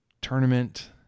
Tournament